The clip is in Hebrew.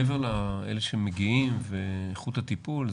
מעבר לאלה שמגיעים ואיכות הטיפול,